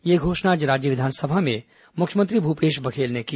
यह घोषणा आज राज्य विधानसभा में मुख्यमंत्री भूपेश बघेल ने की